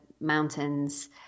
mountains